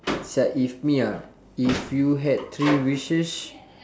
if me ah if you had three wishes